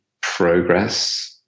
progress